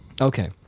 Okay